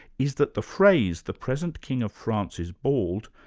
is that the phrase, the present king of france is bald,